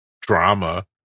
drama